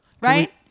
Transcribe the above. right